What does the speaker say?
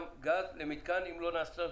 לפני זה אנחנו צריכים לאשר את